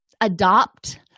adopt